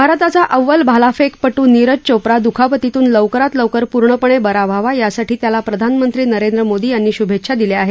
भारताचा अव्वल भालाफेकपट्र नीरज चोप्रा दूखापतीतून लवकरात लवकर पूर्णपणे बरा व्हावा यासाठी त्याला प्रधानमंत्री नरेंद्र मोदी यांनी शुभेच्छा दिल्या आहेत